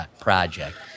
project